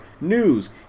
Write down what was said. news